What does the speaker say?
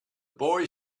boy